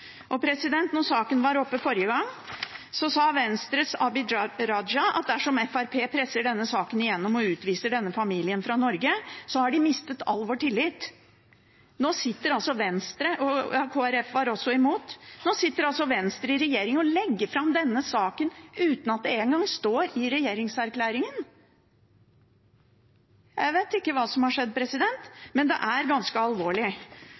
saken var oppe forrige gang, sa Venstres Abid Q. Raja at dersom Fremskrittspartiet presser denne saken gjennom og utviser denne familien fra Norge, så har de mistet all vår tillit. Nå sitter altså Venstre – Kristelig Folkeparti var også imot – i regjering og legger fram denne saken uten at det engang står i regjeringserklæringen. Jeg vet ikke hva som har skjedd, men det er ganske alvorlig.